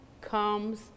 comes